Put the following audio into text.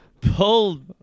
Pulled